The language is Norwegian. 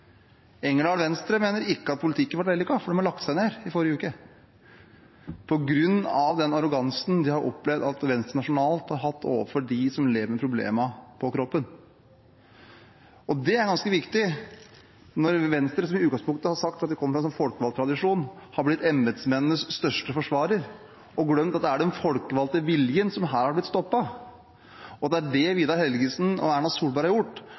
lagt ned, i forrige uke, på grunn av den arrogansen de har opplevd at Venstre nasjonalt har vist overfor dem som lever med problemene på kroppen. Og det er ganske viktig – at Venstre som har sagt at de kommer fra en folkevalgt tradisjon, har blitt embetsmennenes største forsvarere og glemt at det er den folkevalgte viljen som her har blitt stoppet. For det er det Vidar Helgesen og Erna Solberg har gjort,